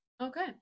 Okay